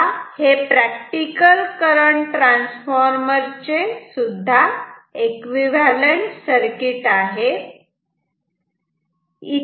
तेव्हा हे practical current transformer चे सुद्धा एकविव्हॅलंट सर्किट आहे